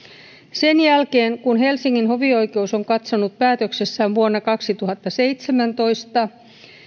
sen jälkeen kun helsingin hovioikeus on katsonut päätöksessään vuonna kaksituhattaseitsemäntoista